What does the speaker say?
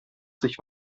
sich